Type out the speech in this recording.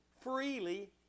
Freely